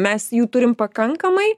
mes jų turim pakankamai